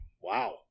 wow